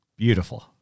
Beautiful